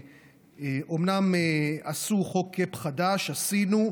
אומנם עשו חוק cap חדש, עשינו,